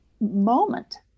moment